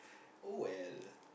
oh well